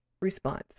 response